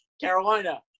Carolina